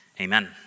Amen